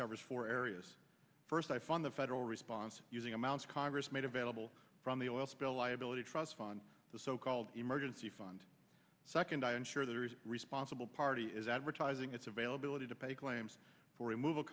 covers four areas first i find the federal response using amounts congress made available from the oil spill liability trust fund the so called emergency fund second i ensure there is a responsible party is advertising its availability to pay claims for removal